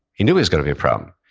he knew he was gonna be problem.